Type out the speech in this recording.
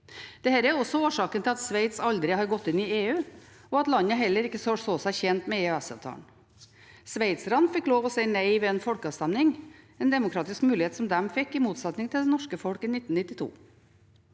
Dette er også årsaken til at Sveits aldri har gått inn i EU, og til at landet heller ikke så seg tjent med EØS-avtalen. Sveitserne fikk lov til å si nei ved en folkeavstemning, en demokratisk mulighet som de fikk, i motsetning til det norske folk i 1992.